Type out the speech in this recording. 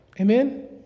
Amen